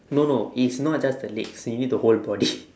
no no it's not just the legs you need the whole body